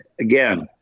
again